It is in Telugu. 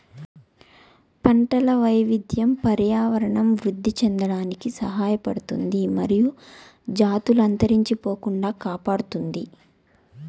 పంటల వైవిధ్యం పర్యావరణం వృద్ధి చెందడానికి సహాయపడుతుంది మరియు జాతులు అంతరించిపోకుండా కాపాడుతుంది